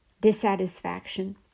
dissatisfaction